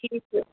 ٹھیک ہے